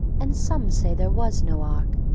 and some say there was no ark,